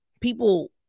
people